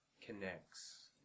connects